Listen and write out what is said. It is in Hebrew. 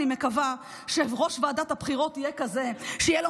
אני מקווה שיושב-ראש ועדת הבחירות יהיה כזה שיהיה לו